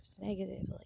negatively